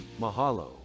Mahalo